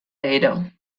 hera